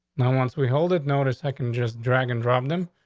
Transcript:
once we hold it, notice i can just drag and drop them.